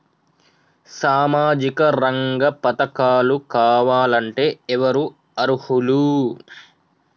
సామాజిక రంగ పథకాలు కావాలంటే ఎవరు అర్హులు?